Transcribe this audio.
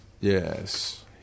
yes